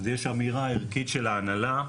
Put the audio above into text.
יש אמירה ערכית של ההנהלה,